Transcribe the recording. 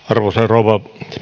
arvoisa rouva